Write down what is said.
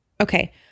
Okay